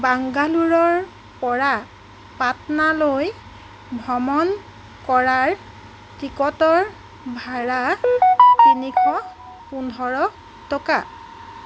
বাংগালোৰৰ পৰা পাটনা লৈ ভ্ৰমণ কৰাৰ টিকটৰ ভাড়া তিনিশ পোন্ধৰ টকা